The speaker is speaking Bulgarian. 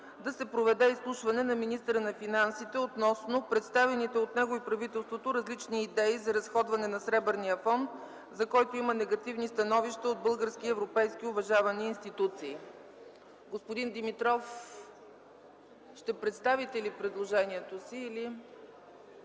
да се проведе изслушване на министъра на финансите относно представените от него и правителството различни идеи за разходване на Сребърния фонд, за който има негативни становища от български и европейски уважавани институции. Господин Димитров, ще представите ли предложението си?